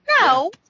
No